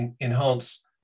enhance